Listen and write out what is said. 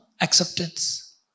acceptance